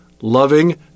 loving